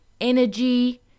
energy